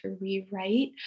rewrite